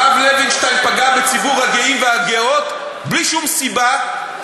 הרב לוינשטיין פגע בציבור הגאים והגאות בלי שום סיבה,